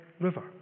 river